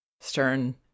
stern